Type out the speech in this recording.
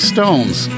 Stones